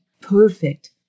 perfect